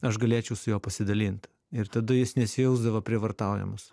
aš galėčiau su juo pasidalint ir tada jis nesijausdavo prievartaujamas